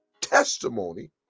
testimony